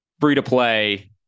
free-to-play